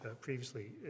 previously